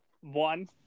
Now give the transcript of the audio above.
one –